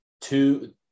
two